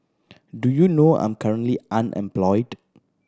do you know I'm currently unemployed